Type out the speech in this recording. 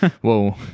Whoa